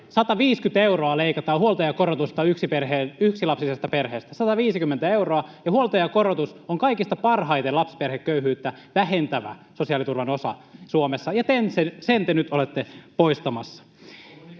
150 euroa leikataan huoltajakorotusta yksilapsisesta perheestä, 150 euroa. Huoltajakorotus on kaikista parhaiten lapsiperheköyhyyttä vähentävä sosiaaliturvan osa Suomessa, ja sen te nyt olette poistamassa.